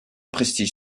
prestige